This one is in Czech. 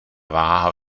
váha